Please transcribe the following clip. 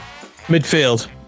Midfield